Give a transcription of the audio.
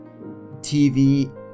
TV